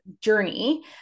journey